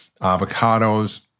avocados